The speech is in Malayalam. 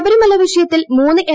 ശബരിമല വിഷയത്തിൽ മൂന്ന് എം